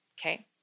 Okay